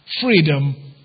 freedom